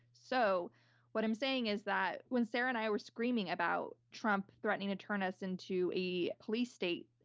so what i'm saying is that, when sarah and i were screaming about trump threatening to turn us into a police state,